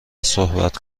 صحبت